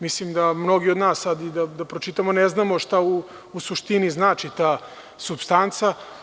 Mislim da mnogi od nas sada da pročitamo, ne znamo šta u suštini znači ta supstanca.